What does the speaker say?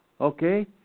Okay